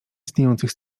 istniejących